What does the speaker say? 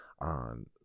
on